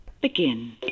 Begin